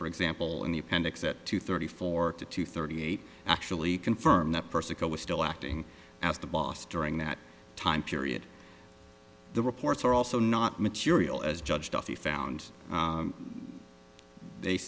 for example in the appendix at two thirty four to two thirty eight actually confirm that person was still acting as the boss during that time period the reports are also not material as judge duffy found they